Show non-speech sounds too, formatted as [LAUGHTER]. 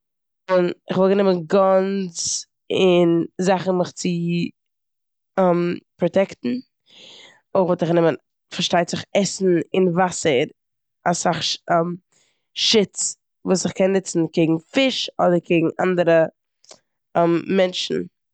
[HESITATION] כ'וואלט גענומען גאנס און זאכן מיך צו [HESITATION] פראטעקטן. אויך וואלט איך גענומען פארשטייט זיך עסן און וואסער, אסאך ש- [HESITATION] שוץ וואס כ'קען נוצן קעגן פיש אדער קעגן אנדערע [HESITATION] מענטשן.